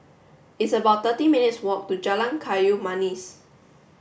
it's about thirty minutes' walk to Jalan Kayu Manis